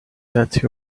that